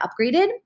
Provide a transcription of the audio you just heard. upgraded